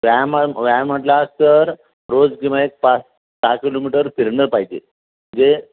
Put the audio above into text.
व्यायाम व्यायाम म्हटलास तर रोज किमान एक पाच सहा किलोमीटर फिरणं पाहिजे जे